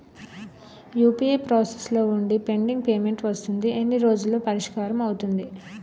UPI process లో వుంది pending payment వస్తుంది ఎన్ని రోజుల్లో పరిష్కారం అవుతుంది